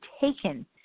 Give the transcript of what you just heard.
taken